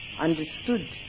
understood